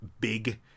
big